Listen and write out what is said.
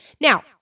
Now